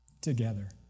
together